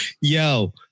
yo